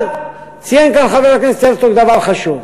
אבל ציין כאן חבר הכנסת הרצוג דבר חשוב: